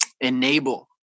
enable